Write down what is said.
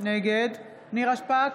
נגד נירה שפק,